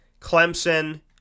Clemson